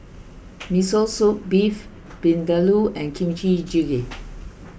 Miso Soup Beef Vindaloo and Kimchi Jjigae